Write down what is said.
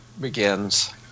begins